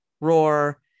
Roar